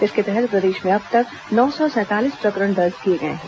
इसके तहत प्रदेश में अब तक नौ सौ सैंतालीस प्रकरण दर्ज किए गए हैं